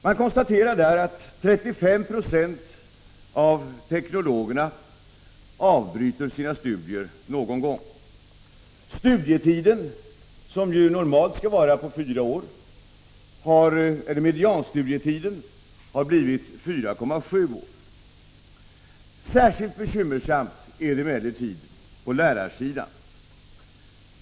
Man konstaterar där att 35 20 av teknologerna avbryter sina studier någon gång. Medianstudietiden, som normalt skall vara fyra år, har blivit 4,7 år. Särskilt bekymmersamt är det emellertid på lärarsidan.